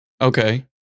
Okay